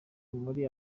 muri